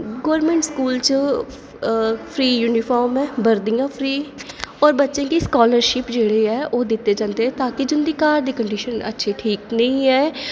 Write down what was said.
government school च free uniform ऐ वर्दियां फ्री होर बच्चें गी स्कॉलरशिप जेह्ड़ी ऐ ओह् दित्ते जंदे ताकि जिं'दी घर दी कंडीशन अच्छी ठीक निं ऐ ओह्